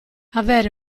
avere